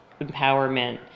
empowerment